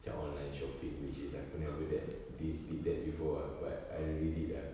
macam online shopping which is aku never that did did that before ah but I really did ah